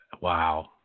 wow